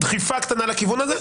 דחיפה קטנה לכיוון הזה.